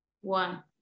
one